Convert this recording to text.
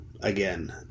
again